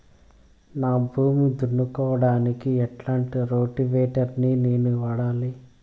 నా భూమి దున్నుకోవడానికి ఎట్లాంటి రోటివేటర్ ని నేను వాడాలి?